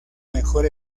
mejor